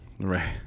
Right